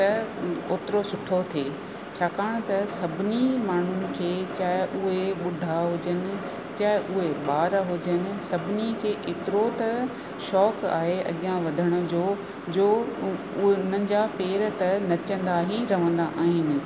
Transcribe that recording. त ओतिरो सुठो थिए छाकाणि त सभिनी माण्हुनि खे चाहे उए ॿुढा हुजनि चाहे उहे ॿार हुजनि सभिनी खे एतिरो त शौक़ु आहे अॻियां वधण जो जो उहे उन्हनि जा पेर त नचंदा ई रहंदा आहिनि